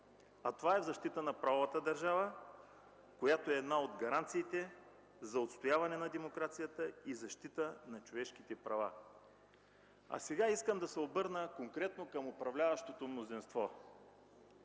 а това е защита на правовата държава, която е една от гаранциите за отстояване на демокрацията и защита на човешките права. Сега искам да се обърна конкретно към управляващото мнозинство.